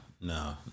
no